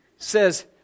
says